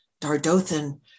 Dardothan